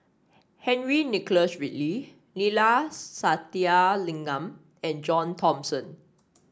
Henry Nicholas Ridley Neila Sathyalingam and John Thomson